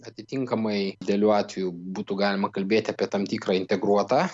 atitinkamai idealiu atveju būtų galima kalbėti apie tam tikrą integruotą